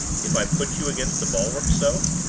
if i put you against the bulwark, so?